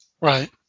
Right